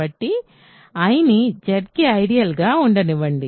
కాబట్టి I ని Zకి ఐడియల్ గా ఉండనివ్వండి